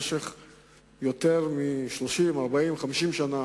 שיותר מ-50-40-30 שנה